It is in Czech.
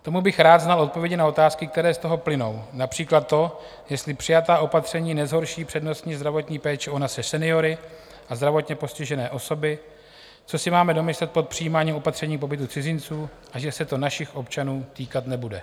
K tomu bych rád znal odpovědi na otázky, které z toho plynou, například to, jestli přijatá opatření nezhorší přednostní zdravotní péči o naše seniory a zdravotně postižené osoby, co si máme domyslet pod přijímáním opatření pobytu cizinců, a že se to našich občanů týkat nebude.